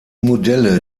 modelle